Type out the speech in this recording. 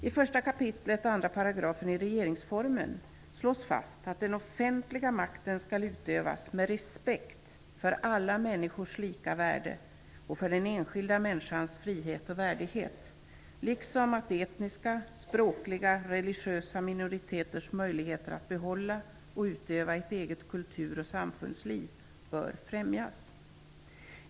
I 1 kap. 2 § regeringsformen slås fast att den offentliga makten skall utövas med respekt för alla människors lika värde och för den enskilda människans frihet och värdighet, liksom att etniska, språkliga och religiösa minoriteters möjligheter att behålla och utveckla ett eget kulturoch samfundsliv bör främjas.